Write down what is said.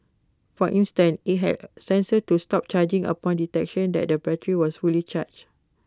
for instance IT had sensor to stop charging upon detection that the battery was fully charged